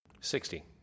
Sixty